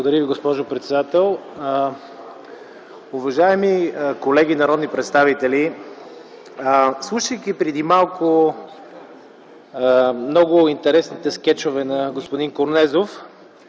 Благодаря, госпожо председател. Уважаеми колеги народни представители, слушайки преди малко много интересните скечове на господин Корнезов